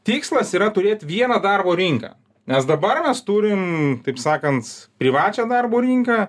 tikslas yra turėt vieną darbo rinką nes dabar mes turim taip sakant privačią darbo rinką